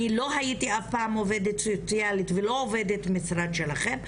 אני לא הייתי אף פעם עובדת סוציאלית ולא עובדת משרד שלכם,